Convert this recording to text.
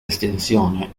estensione